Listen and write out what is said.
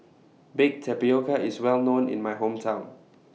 Baked Tapioca IS Well known in My Hometown